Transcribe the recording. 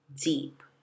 deep